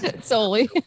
solely